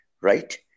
Right